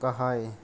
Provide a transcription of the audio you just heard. गाहाय